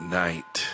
night